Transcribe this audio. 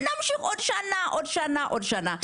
נמשיך עוד שנה ועוד שנה ועוד שנה,